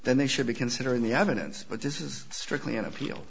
then they should be considering the evidence but this is strictly an appeal